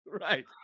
right